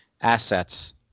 assets